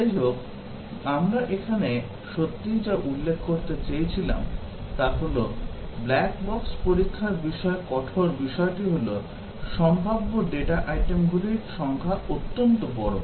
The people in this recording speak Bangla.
যাইহোক আমরা এখানে সত্যিই যা উল্লেখ করতে চেয়েছিলাম তা হল ব্ল্যাক বক্স পরীক্ষার বিষয়ে কঠোর বিষয়টি হল সম্ভাব্য ডেটা আইটেমগুলির সংখ্যা অত্যন্ত বড়